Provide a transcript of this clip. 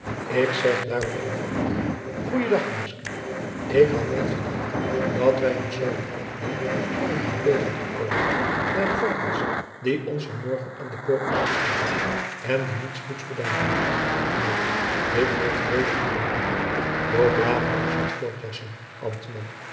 ik zeg daarom eenvoudig goên dag meiske ik had niet gedacht dat wij nog zoo een knap ding zouden zijn tegengekomen na de varkens die ons van morgen aan de poort ontmoet hebben en die niets goeds beduidden nu dit geeft weder goeden moed doch laat ons wat voortjassen ambtman